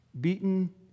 beaten